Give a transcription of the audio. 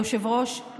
היושב-ראש,